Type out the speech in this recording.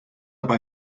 aber